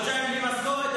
חודשיים בלי משכורת,